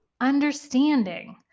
understanding